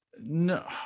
No